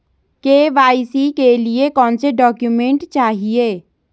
KYC के लिए कौनसे डॉक्यूमेंट चाहिये?